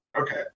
Okay